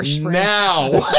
now